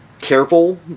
careful